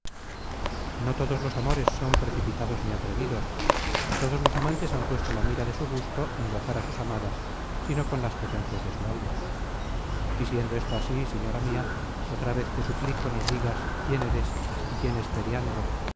no todos los amores son precipitados ni atrevidos ni todos los amantes han puesto la mira de su gusto en gozar á sus amadas sino con las potencias de su alma y siendo esto así señora mia otra vez te suplico nos digas quién eres y quién es periandro